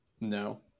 No